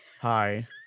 Hi